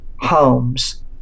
homes